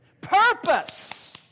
Purpose